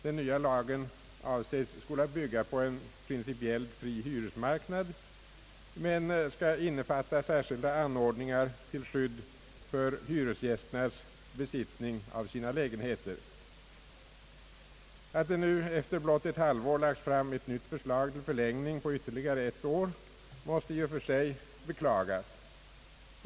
Den nya lagen avses skola bygga på en principiellt fri hyresmarknad men skall innefatta särskilda anordningar till skydd för hyresgästernas besittning av sina lägenheter. Att det nu efter blott ett halvår lagts fram ett nytt förslag till förlängning på ytterligare ett år måste i och för sig beklagas.